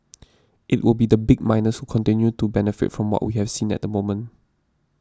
it will be the big miners who continue to benefit from what we have seen at the moment